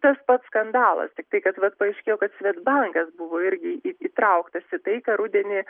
tas pats skandalas tik tai kad vat paaiškėjo kad svedbankas buvo irgi įtrauktas į tai ką rudenį